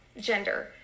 gender